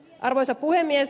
arvoisa puhemies